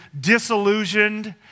disillusioned